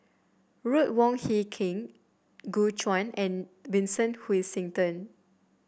Ruth Wong Hie King Gu Juan and Vincent Hoisington